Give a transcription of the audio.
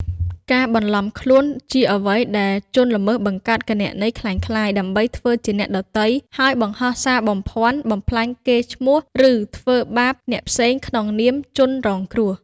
ការបន្លំខ្លួន ជាអ្វីដែលជនល្មើសបង្កើតគណនីក្លែងក្លាយដើម្បីធ្វើជាអ្នកដទៃ ហើយបង្ហោះសារបំភាន់ បំផ្លាញកេរ្តិ៍ឈ្មោះ ឬធ្វើបាបអ្នកផ្សេងក្នុងនាមជនរងគ្រោះ។